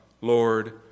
Lord